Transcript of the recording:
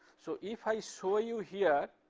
so if i show you here